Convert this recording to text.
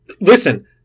listen